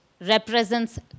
represents